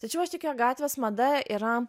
tačiau aš tikiu jog gatvės mada yra